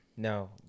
No